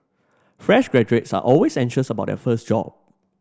fresh graduates are always anxious about their first job